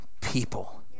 people